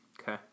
Okay